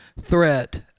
threat